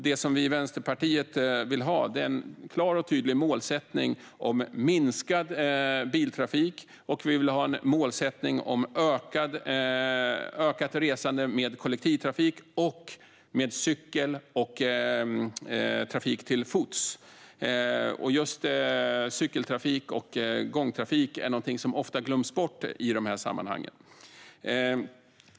Vi i Vänsterpartiet vill ha en klar och tydlig målsättning om minskad biltrafik, ökat resande med kollektivtrafik och cykel och ökad trafik till fots. Just cykel och gångtrafik glöms ofta bort i dessa sammanhang.